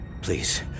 Please